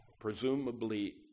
presumably